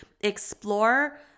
Explore